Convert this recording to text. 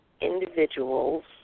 individuals